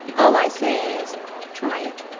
all i say is try it.